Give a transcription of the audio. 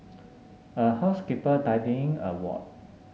a housekeeper tidying a ward